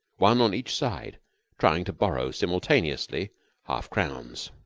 one on each side trying to borrow simultaneously half-crowns,